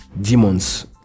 demons